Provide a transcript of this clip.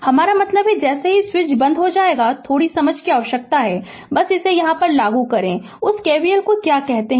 हमारा मतलब है जैसे ही स्विच बंद हो जाता है थोड़ी समझ की आवश्यकता होती है इसे यहाँ लागू करें उस KVL को क्या कहते हैं